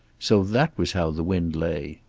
so that was how the wind lay.